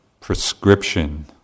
prescription